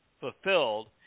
fulfilled